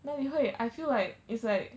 哪里会 I feel like it's like